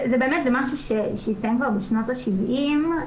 זה משהו שהסתיים כבר בשנות ה-70'.